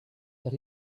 that